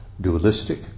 dualistic